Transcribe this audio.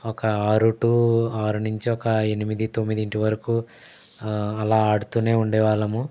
ఒక ఆరు టూ ఆరు నుంచి ఒక ఎనిమిది తొమ్మిదింటి వరకు అలా ఆడుతూనే ఉండే వాళ్ళము